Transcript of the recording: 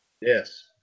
Yes